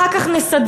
אחר כך נסדר,